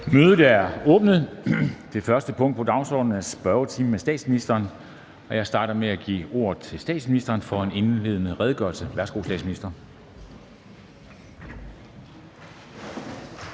Mødet er åbnet. Det første punkt på dagsordenen er spørgetimen med statsministeren, og jeg starter med at give ordet til statsministeren for en indledende redegørelse. Værsgo til statsministeren.